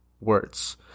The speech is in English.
words